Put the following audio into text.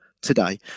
today